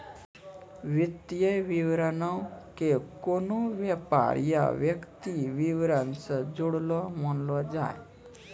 वित्तीय विवरणो के कोनो व्यापार या व्यक्ति के विबरण से जुड़लो मानलो जाय छै